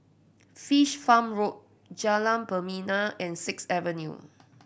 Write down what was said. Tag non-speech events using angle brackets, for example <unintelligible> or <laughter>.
Fish Farm Road Jalan <unintelligible> and Sixth Avenue